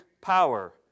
power